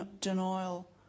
denial